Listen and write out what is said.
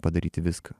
padaryti viską